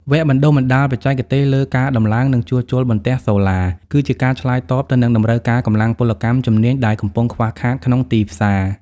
វគ្គបណ្ដុះបណ្ដាលបច្ចេកទេសលើ "ការតម្លើង និងជួសជុលបន្ទះសូឡា" គឺជាការឆ្លើយតបទៅនឹងតម្រូវការកម្លាំងពលកម្មជំនាញដែលកំពុងខ្វះខាតក្នុងទីផ្សារ។